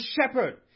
shepherd